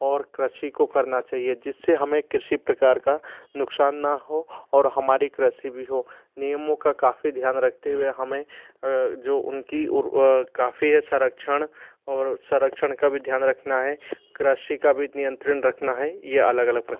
और कृषि को करना चाहिए जिससे हमें किसी प्रकार का नुकसान न हो और हमारे कृषि भी हो नियमों का काफ़ी ध्यान रखते हुए हमें जो उनकी काफ़ी संरक्षण और संरक्षण का भी ध्यान रखना है कृषि का भी नियंत्रण रखना है ये अलग अलग